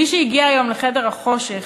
מי שהגיע היום לחדר החושך,